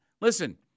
listen